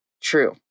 true